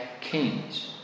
kings